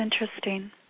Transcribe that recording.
interesting